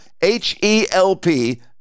H-E-L-P